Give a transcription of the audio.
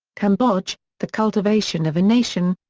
cambodge the cultivation of a nation,